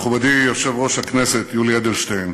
מכובדי יושב-ראש הכנסת יולי אדלשטיין,